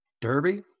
Derby